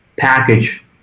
Package